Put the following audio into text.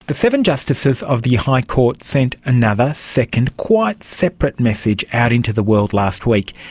the seven justices of the high court sent another second quite separate message out into the world last week,